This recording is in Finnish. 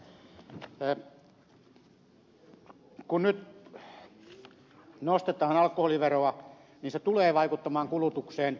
kun nyt nostetaan alkoholiveroa niin se tulee vaikuttamaan kulutukseen